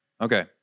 Okay